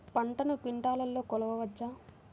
పంటను క్వింటాల్లలో కొలవచ్చా?